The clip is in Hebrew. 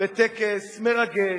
בטקס מרגש,